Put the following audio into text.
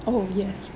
oh yes